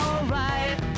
Alright